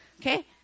Okay